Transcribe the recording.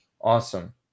Awesome